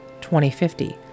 2050